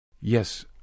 Yes